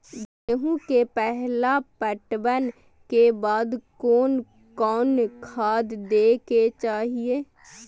गेहूं के पहला पटवन के बाद कोन कौन खाद दे के चाहिए?